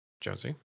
Josie